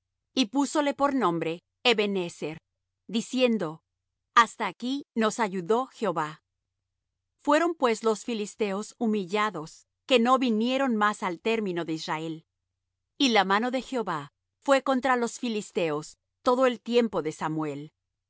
y púsole por nombre eben ezer diciendo hasta aquí nos ayudó jehová fueron pues los filisteos humillados que no vinieron más al término de israel y la mano de jehová fué contra los filisteos todo el tiempo de samuel y